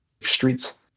streets